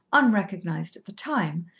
unrecognized at the time,